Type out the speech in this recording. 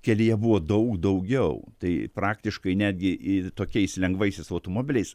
kelyje buvo daug daugiau tai praktiškai netgi į tokiais lengvaisiais automobiliais